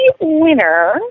winner